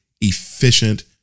efficient